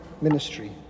ministry